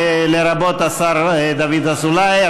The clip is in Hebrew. לרבות השר דוד אזולאי,